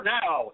now